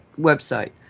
website